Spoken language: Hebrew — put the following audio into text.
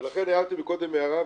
ולכן הערתי מקודם הערה,